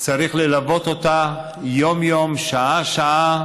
צריך ללוות אותה יום-יום, שעה-שעה.